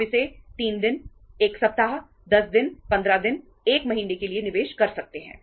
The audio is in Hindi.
आप इसे 3 दिन 1 सप्ताह 10 दिन 15 दिन 1 महीने के लिए निवेश कर सकते हैं